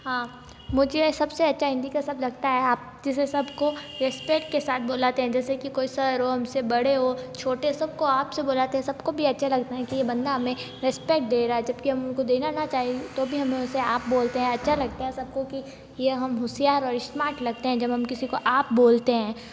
हाँ मुझे सब से अच्छा हिंदी का सब लगता है आप जिसे सब को रिस्पेक्ट के साथ बुलाते हैं जैसे कि कोई सर वो हम से बड़े हों छोटे सब को आप से बुलाते हैं सब को भी अच्छा लगता है कि ये बंदा हमें रिस्पेक्ट दे रहा है जब कि हम को देना चाहिए तो भी हमें उसे आप बोलते हैं अच्छा लगता है सब को कि ये हम होशियार और इश्मार्ट लगते हैं जब हम किसी को आप बोलते हैं